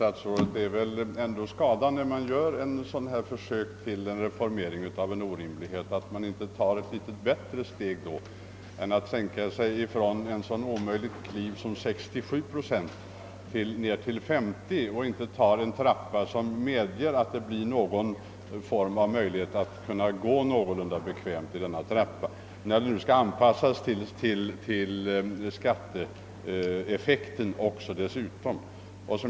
Herr talman! När man här försökt rätta till en oformlighet, så är det väl ändå skada, herr statsråd, att man inte tagit ett bättre steg än att sänka från 67 till 50 procent. I stället skulle man väl ha konstruerat en trappa som varit någorlunda bekväm att gå i, speciellt som den ju skall anpassas till skatteeffekten.